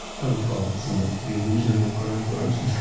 i would call it somewhat the illusion of crime prevention